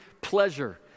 pleasure